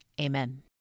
Amen